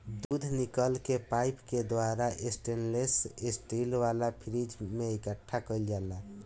दूध निकल के पाइप के द्वारा स्टेनलेस स्टील वाला फ्रिज में इकठ्ठा कईल जाला